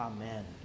Amen